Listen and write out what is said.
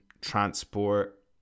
transport